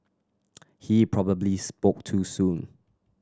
he probably spoke too soon